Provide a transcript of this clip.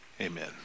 Amen